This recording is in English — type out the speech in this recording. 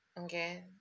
okay